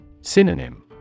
Synonym